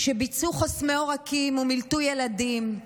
שביצעו חוסמי עורקים ומילטו ילדים,